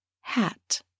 hat